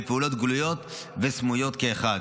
בפעולות גלויות וסמויות כאחד.